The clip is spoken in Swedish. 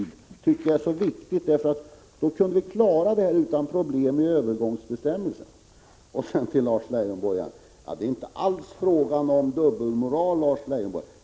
Det tycker jag är viktigt, för därigenom kunde vi klara det hela utan problem med övergångsbestämmelser. Sedan vill jag säga till Lars Leijonborg att det inte alls är fråga om dubbelmoral.